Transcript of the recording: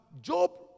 Job